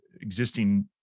existing